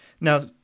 Now